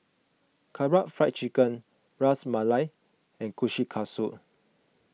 Karaage Fried Chicken Ras Malai and Kushikatsu